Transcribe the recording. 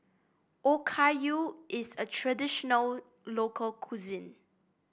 okayu is a traditional local cuisine